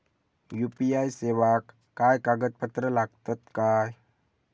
UPI सेवाक काय कागदपत्र लागतत काय?